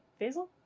Faisal